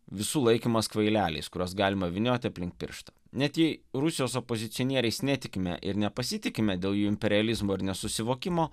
visų laikymas kvaileliais kuriuos galima vynioti aplink pirštą net jei rusijos opozicionieriais netikime ir nepasitikime dėl jų imperializmo ir nesusivokimo